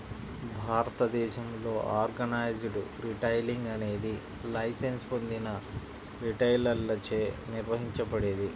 భారతదేశంలో organised retailing అనేది licence పొందిన రిటైలర్లచే నిర్వహించబడేది